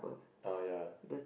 uh ya